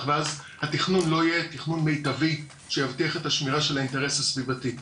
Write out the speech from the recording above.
ואז התכנון לא יהיה תכנון מיטבי שיבטיח את השמירה של האינטרס הסביבתי.